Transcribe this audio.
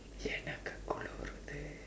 எனக்கு குளிருது:enakku kuliruthu